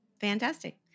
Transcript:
fantastic